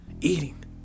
eating